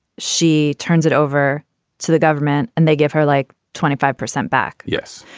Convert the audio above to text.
she turns it over to the government and they give her like twenty five percent back. yes.